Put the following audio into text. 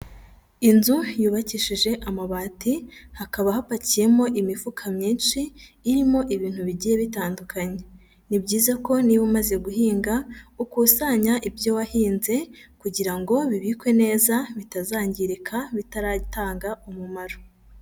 Inzu yubakishije amabati, hakaba hapakiyemo imifuka myinshi irimo ibintu bigiye bitandukanye. Ni byiza ko niba umaze guhinga, ukusanya ibyo wahinze kugira ngo bibikwe neza, bitazangirika bitaratanga umumaro.